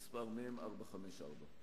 מ/454,